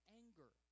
anger